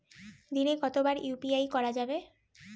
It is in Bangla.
দিনে কতবার ইউ.পি.আই করা যাবে?